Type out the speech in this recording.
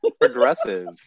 Progressive